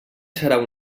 serà